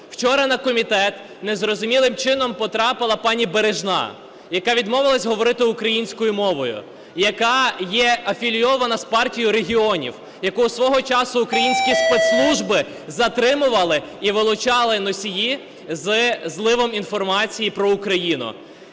Вчора на комітет незрозумілим чином потрапила пані Бережна, яка відмовилась говорити українською мовою, яка є афілійована з Партією регіонів, яку свого часу українські спецслужби затримували і вилучали носії зі зливом інформації про Україну.